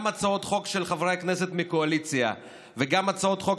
גם הצעות חוק של חברי הכנסת מהקואליציה וגם הצעות חוק